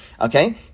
Okay